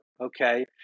okay